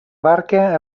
barca